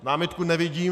Námitku nevidím.